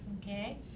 Okay